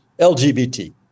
LGBT